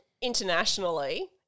internationally